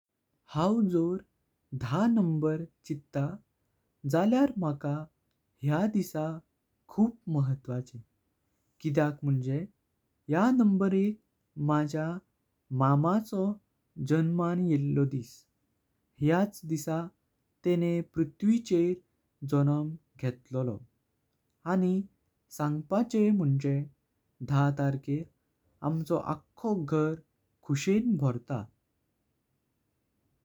हांव जोर दहामण चिट्टा जाल्यार माका ह्या दिसा खूयप म्हत्वाचें किद्याक मुनचें। ह्या नंबराक मझ्या मामाचो जन्मां येवला दिस ह्याच दिसां। तेंणें पृथ्वरीचेर जन्म घेतलोलो आनी सांगपाचें मोंयचें दहाटारकेर आमचो आखो घर खुशेन भरता।